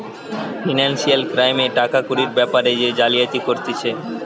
financial ক্রাইমে টাকা কুড়ির বেপারে যে জালিয়াতি করতিছে